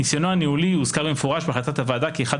"ניסיונו הניהולי הוזכר במפורש בהחלט הוועדה כאחד